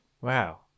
wow